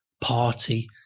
party